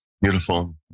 Beautiful